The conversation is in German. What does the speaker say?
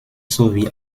sowie